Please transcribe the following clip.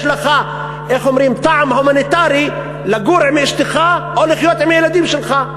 לך טעם הומניטרי לגור עם אשתך או לחיות עם הילדים שלך.